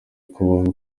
kubaho